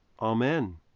Amen